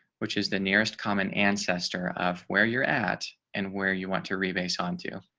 which is the nearest common ancestor of where you're at and where you want to replace on to.